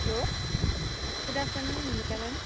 hello good afternoon Bhumika ma'am